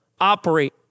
operate